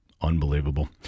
Unbelievable